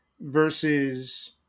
versus